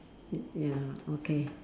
it ya okay